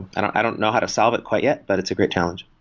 i don't i don't know how to solve it quite yet, but it's a great challenge.